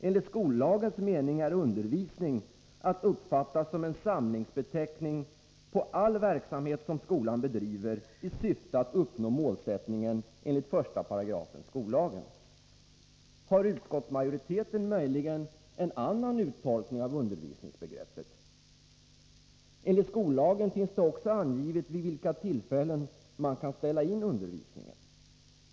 Enligt skollagens mening är undervisning att uppfatta som en samlingsbeteckning för all verksamhet som skolan bedriver i syfte att uppnå målsättningen enligt 1 § skollagen. Har utskottsmajoriteten möjligen en annan uttolkning av undervisningsbegreppet? I skollagen finns det också angivet vid vilka tillfällen man kan ställa in undervisningen.